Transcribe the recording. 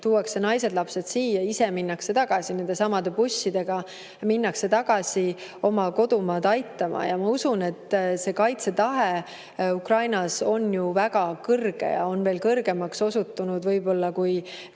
tuuakse naised-lapsed siia, ise minnakse tagasi, nendesamade bussidega minnakse tagasi oma kodumaad aitama. See kaitsetahe Ukrainas on ju väga kõrge ja on veel kõrgemaks osutunud, kui